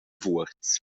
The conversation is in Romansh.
vuorz